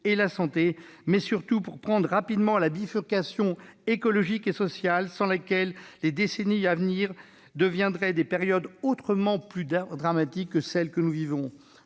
et qui permettrait surtout de prendre rapidement la bifurcation écologique et sociale sans laquelle les décennies à venir seront des périodes autrement plus dramatiques que ce que nous vivons.